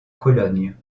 cologne